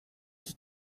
qui